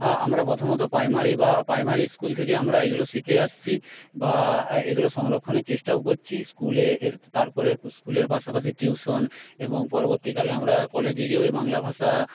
আমরা প্রথমত প্রাইমারি বা প্রাইমারি স্কুল থেকে আমরা এগুলো শিখে আসছি বা এইগুলো সংরক্ষণের চেষ্টাও করছি স্কুলে তারপরে স্কুলের পাশাপাশি টিউশন এবং পরবর্তীকালে আমরা কলেজে গিয়েও এই বাংলা ভাষা